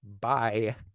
Bye